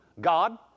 God